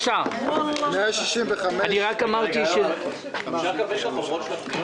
פניות מס' 165 עד 166 רשויות פיקוח, מינהל תכנון.